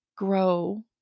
Grow